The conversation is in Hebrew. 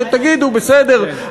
שתגידו: בסדר,